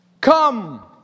Come